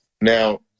now